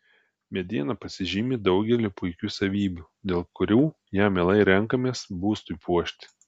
mediena pasižymi daugeliu puikių savybių dėl kurių ją mielai renkamės būstui puošti